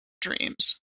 dreams